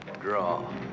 Draw